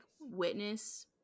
witness